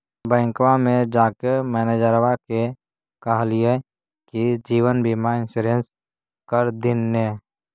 बैंकवा मे जाके मैनेजरवा के कहलिऐ कि जिवनबिमा इंश्योरेंस कर दिन ने?